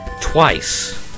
twice